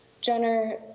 Jenner